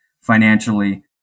financially